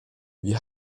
wir